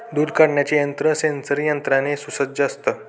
दूध काढण्याचे यंत्र सेंसरी यंत्राने सुसज्ज असतं